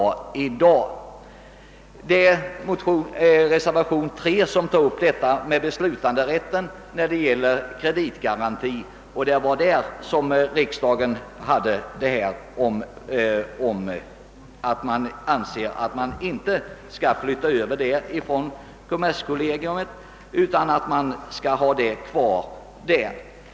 Riksdagen ansåg att man inte skulle flytta över denna uppgift från kommerskollegium utan att den alltjämt bör vara kvar där.